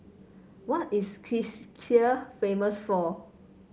what is Czechia famous for